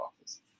office